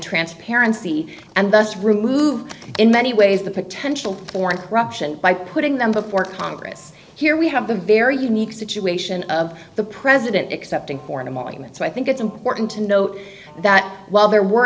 transparency and thus remove in many ways the potential for corruption by putting them before congress here we have a very unique situation of the president accepting for a moment so i think it's important to note that while there were